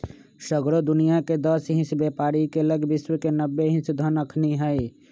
सगरो दुनियाँके दस हिस बेपारी के लग विश्व के नब्बे हिस धन अखनि हई